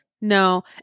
No